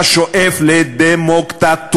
אתה שואף לדמוקטטורה,